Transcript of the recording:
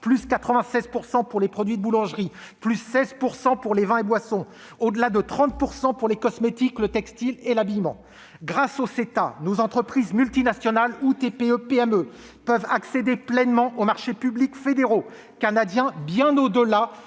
96 % pour les produits de boulangerie, 16 % pour les vins et boissons et plus de 30 % pour les cosmétiques, le textile et l'habillement. C'est le monde des Bisounours ! Grâce au CETA, nos entreprises, multinationales ou TPE-PME, peuvent accéder pleinement aux marchés publics fédéraux canadiens, bien au-delà